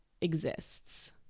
exists